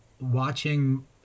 watching